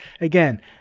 again